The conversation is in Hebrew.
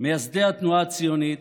מייסדי התנועה הציונית,